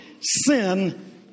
sin